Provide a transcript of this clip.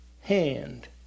hand